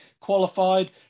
qualified